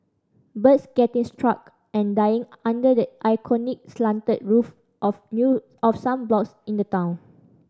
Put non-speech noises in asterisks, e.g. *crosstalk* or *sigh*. birds getting stuck and dying under the iconic slanted roof of *unintelligible* of some blocks in the town